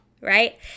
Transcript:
right